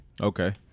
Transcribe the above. Okay